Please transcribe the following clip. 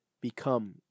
become